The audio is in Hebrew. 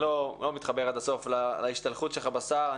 אני לא מתחבר עד הסוף להשתלחות שלך בשר.